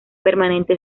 permanente